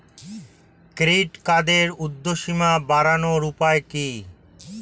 Credit কার্ডের উর্ধ্বসীমা বাড়ানোর উপায় কি?